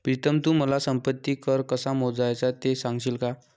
प्रीतम तू मला संपत्ती कर कसा मोजायचा ते सांगशील का?